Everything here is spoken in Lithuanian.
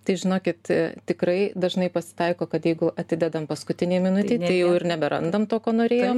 tai žinokit tikrai dažnai pasitaiko kad jeigu atidedam paskutinei minutei tai jau ir neberandam to ko norėjom